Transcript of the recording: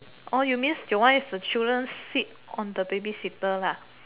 oh you mean your one is the children seat on the baby seater lah